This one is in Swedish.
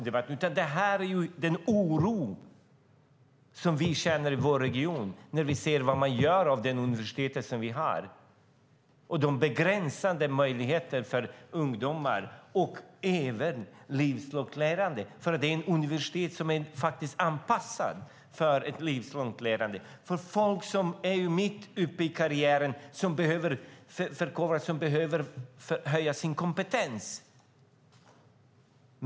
Det handlar om den oro som vi känner i vår region när vi ser vad man gör med de universitet vi har med begränsade möjligheter för ungdomar och även för livslångt lärande. Det är universitet som är anpassade för livslångt lärande. De är till för människor som är mitt uppe i karriären som behöver förkovra sig och höja sin kompetens.